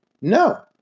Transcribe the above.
no